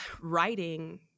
writing